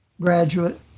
graduate